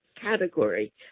category